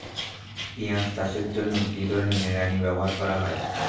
পিঁয়াজ চাষের জন্য কি ধরনের নিড়ানি ব্যবহার করা হয়?